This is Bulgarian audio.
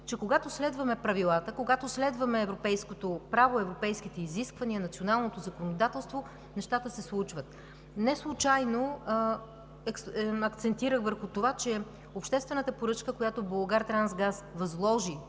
че когато следваме правилата, когато следваме европейското право, европейските изисквания и националното законодателство, нещата се случват. Неслучайно акцентирах върху това, че обществената поръчка, която „Булгартрансгаз“ възложи